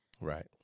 Right